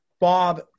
Bob